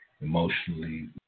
emotionally